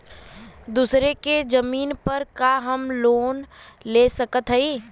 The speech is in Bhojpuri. दूसरे के जमीन पर का हम लोन ले सकत हई?